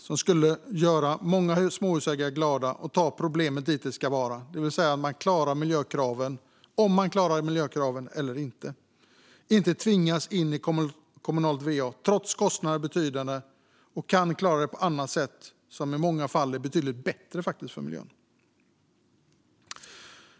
Det skulle göra många småhusägare glada och ta problemet dit där det ska vara - klarar man miljökraven eller inte? Man ska inte tvingas in i kommunalt va. Kostnaderna är betydande. Man kan klara det på andra sätt, som i många fall är betydligt bättre för miljön.